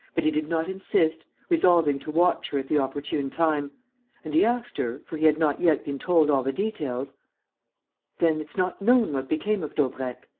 but he did not insist, resolving to watch her at the opportune time and he asked her, for he had not yet been told all the details then it's not known what became of daubrecq?